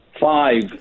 Five